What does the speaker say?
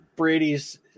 Brady's